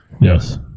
Yes